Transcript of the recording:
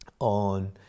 on